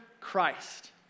Christ